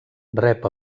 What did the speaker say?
rep